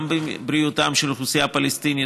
גם בבריאותה של האוכלוסייה הפלסטינית,